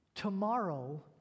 Tomorrow